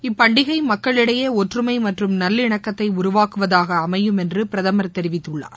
இப்பண்டிகை மக்களிடையே ஒற்றுமை மற்றும் நல்லிணக்கத்தை உருவாக்குவதாக அமையும் என்று பிரதமர் தெரிவித்துள்ளார்